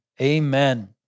Amen